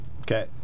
Okay